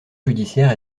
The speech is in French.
judiciaire